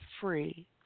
free